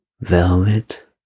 velvet